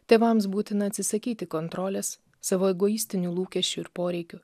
tėvams būtina atsisakyti kontrolės savo egoistinių lūkesčių ir poreikių